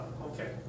okay